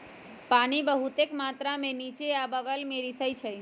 पानी बहुतेक मात्रा में निच्चे आ बगल में रिसअई छई